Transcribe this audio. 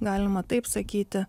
galima taip sakyti